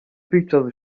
pictures